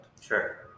Sure